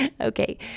Okay